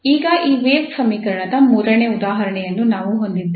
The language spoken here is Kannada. ಈಗ ಈ ವೇವ್ ಸಮೀಕರಣದ ಮೂರನೇ ಉದಾಹರಣೆಯನ್ನು ನಾವು ಹೊಂದಿದ್ದೇವೆ